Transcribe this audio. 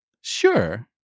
Sure